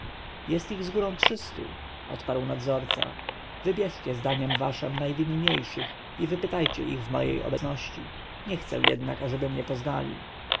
jest ich z górą trzystu odparł nadzorca wybierzcie zdaniem waszem najwinniejszych i wypytajcie ich w mojej obecności nie chcę jednak ażeby mnie poznali